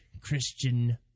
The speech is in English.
Christian